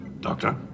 Doctor